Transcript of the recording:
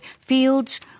fields